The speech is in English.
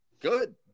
Good